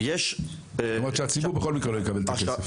זאת אומרת שהציבור בכל מקרה לא יקבל את הכסף.